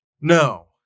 No